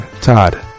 Todd